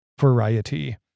variety